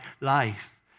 life